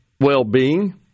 well-being